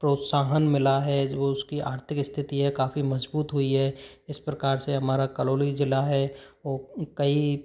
प्रोत्साहन मिला है जो उसकी आर्थिक स्थिति है काफ़ी मजबूत हुई है इस प्रकार से हमारा करौली जिला है वो कई